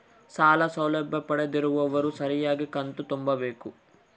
ಸಾಲ ಸೌಲಭ್ಯ ಪಡೆದಿರುವವರು ಸರಿಯಾಗಿ ಕಂತು ತುಂಬಬೇಕು?